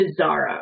bizarro